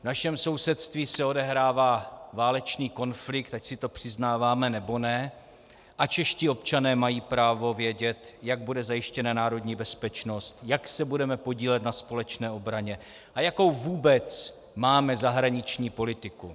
V našem sousedství se odehrává válečný konflikt, ať si to přiznáváme, nebo ne, a čeští občané mají právo vědět, jak bude zajištěna národní bezpečnost, jak se budeme podílet na společné obraně a jakou vůbec máme zahraniční politiku.